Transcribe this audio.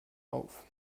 auf